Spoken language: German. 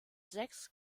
sechs